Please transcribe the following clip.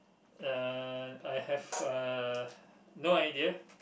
uh I have uh no idea